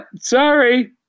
sorry